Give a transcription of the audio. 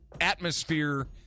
atmosphere